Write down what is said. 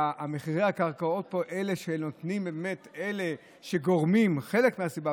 מחירי הקרקעות פה הם באמת חלק מהסיבה,